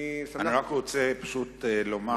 אני רק פשוט רוצה לומר,